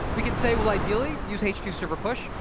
we can say well ideally use h two server push.